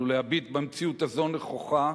עלינו להביט במציאות הזו נכוחה